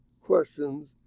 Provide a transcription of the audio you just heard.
questions